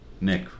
Nick